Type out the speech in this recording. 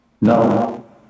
No